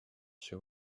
she